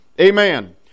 Amen